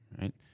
right